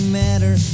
matter